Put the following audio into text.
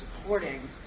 supporting